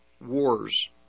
Wars